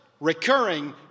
recurring